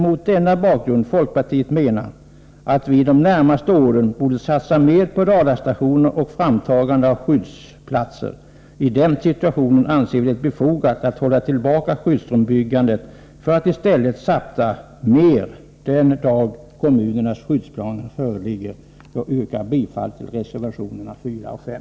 Mot denna bakgrund menar folkpartiet att vi under de närmaste åren borde satsa mer på radarstationer och framtagande av skyddsplaner. I den rådande situationen anser vi det befogat att hålla tillbaka skyddsrumsbyggandet för att i stället satsa mer den dag kommunernas skyddsplaner föreligger. Jag yrkar bifall till reservationerna 4 och 5.